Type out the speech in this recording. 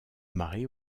marée